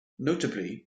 notably